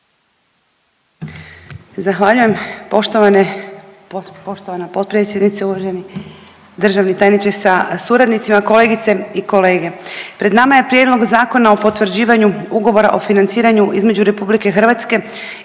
Zahvaljujem. Poštovana potpredsjednice, uvaženi državni tajniče sa suradnicima, kolegice i kolege. Pred nama je Prijedlog Zakona o potvrđivanju Ugovora o financiranju između RH i Europske